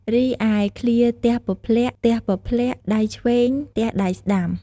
រីឯឃ្លា «ទះពព្លាក់ ទះពព្លាក់ ដៃឆ្វេង ទះដៃស្តាំ» ។